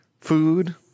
food